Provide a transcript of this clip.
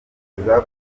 kubera